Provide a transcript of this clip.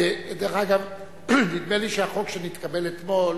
דרך אגב, נדמה לי שהחוק שנתקבל אתמול